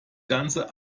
ganze